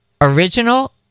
Original